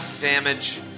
damage